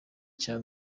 cya